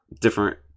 different